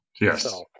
Yes